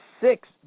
six